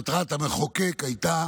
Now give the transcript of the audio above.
מטרת המחוקק הייתה